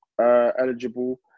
eligible